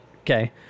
okay